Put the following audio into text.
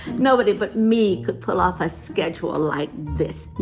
nobody but me could pull off a schedule like this. now,